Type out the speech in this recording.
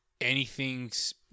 anything's